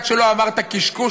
עד שלא אמרת קשקוש,